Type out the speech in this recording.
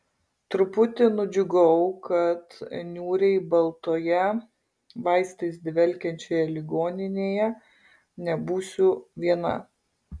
truputį nudžiugau kad niūriai baltoje vaistais dvelkiančioje ligoninėje nebūsiu viena